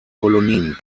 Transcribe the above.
kolonien